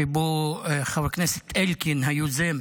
שבו חבר הכנסת אלקין היוזם